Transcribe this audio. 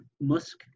Musk